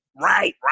Right